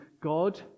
God